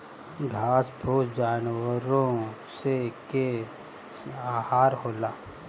घास फूस जानवरो स के आहार होला